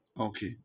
Okay